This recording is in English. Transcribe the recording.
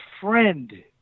friend